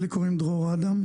לי קוראים דרור אדם,